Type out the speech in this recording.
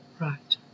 Right